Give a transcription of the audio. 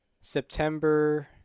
September